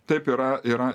taip yra yra